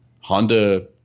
Honda